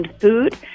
Food